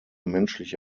menschliche